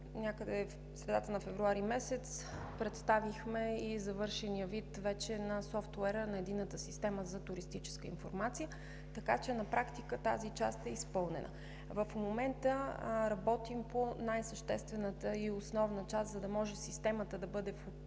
някъде средата на месец февруари представихме вече и завършения вид на софтуера на Единната система за туристическа информация, така че на практика тази част е изпълнена. В момента работим по най-съществената и основна част, за да може системата да бъде